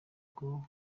ngo